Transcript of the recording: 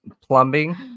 Plumbing